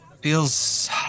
feels